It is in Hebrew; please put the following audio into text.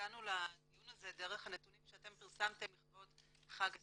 הגענו לדיון הזה דרך נתונים שאתם פרסמתם לכבוד חג הסיגד.